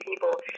people